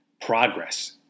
progress